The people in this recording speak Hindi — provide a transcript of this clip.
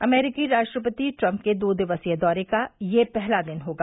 अमरीकी राष्ट्रपति ट्रंप के दो दिवसीय दौरे का यह पहला दिन होगा